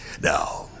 Now